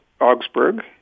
Augsburg